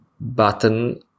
button